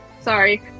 sorry